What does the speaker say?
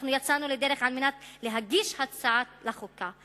אנחנו יצאנו לדרך על מנת להגיש הצעה לחוקה.